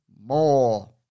more